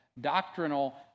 doctrinal